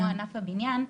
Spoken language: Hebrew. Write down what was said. כמו ענף הבניין,